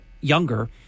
younger